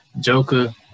Joker